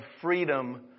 freedom